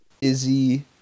Izzy